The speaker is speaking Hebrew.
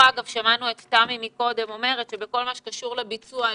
שמענו קודם את תמי ברששת אומרת שבכל מה שקשור לביצוע,